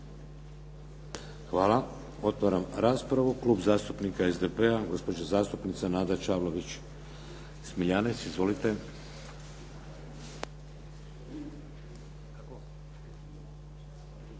Hvala. Otvaram raspravu. Klub zastupnika SDP-a, gospođa zastupnica Nada Čavlović Smiljanec. Izvolite.